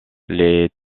les